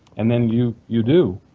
and then you you do.